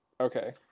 Okay